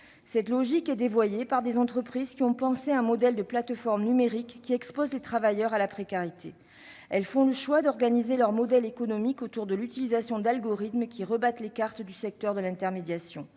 cette logique est dévoyée par des entreprises qui ont conçu un modèle de plateformes numériques exposant les travailleurs à la précarité. Ces entreprises font le choix d'organiser leur modèle économique autour de l'utilisation d'algorithmes, qui rebattent les cartes du secteur de l'intermédiation.